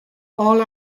all